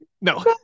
No